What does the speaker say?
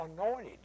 anointed